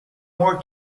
moi